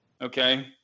okay